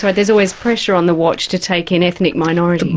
ah there's always pressure on the watch to take in ethnic minorities.